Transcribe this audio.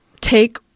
take